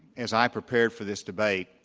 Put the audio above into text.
as i prepared for this debate,